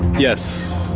yes.